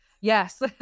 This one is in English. Yes